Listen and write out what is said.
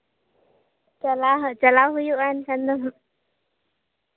ᱪᱟᱞᱟᱣ ᱪᱟᱞᱟᱣ ᱦᱩᱭᱩᱜᱼᱟ ᱮᱱᱠᱷᱟᱱ ᱫᱚ ᱦᱟᱸᱜ